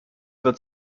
wird